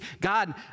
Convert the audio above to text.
God